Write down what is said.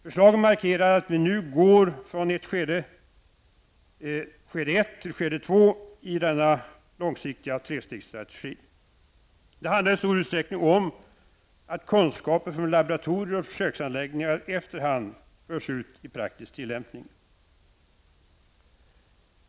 Förslagen markerar att vi går från skede 1 till skede 2 i denna trestegsstrategi. Det handlar i stor utsträckning om att kunskap från laboratorier och försöksanläggningar efter hand förs ut i praktisk tillämpning.